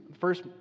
first